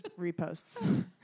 reposts